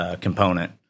component